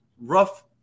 Rough